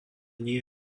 nie